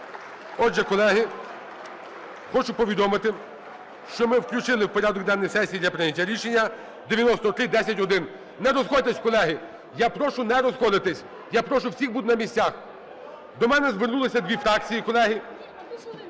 Отже, колеги, хочу повідомити, що ми включили в порядок денний сесії для прийняття рішення 9310-1. Не розходьтесь, колеги. Я прошу не розходитись. Я прошу всіх бути на місцях. До мене звернулись дві фракції, колеги,